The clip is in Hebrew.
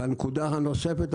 הנקודה הנוספת,